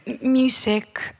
music